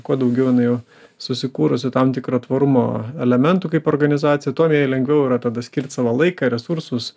kuo daugiau jinai jau susikūrusi tam tikrą tvarumo elementų kaip organizacija tuo lengviau yra tada skirt savo laiką resursus